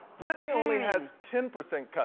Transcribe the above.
britney only has ten percent